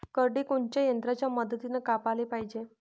करडी कोनच्या यंत्राच्या मदतीनं कापाले पायजे?